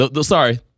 sorry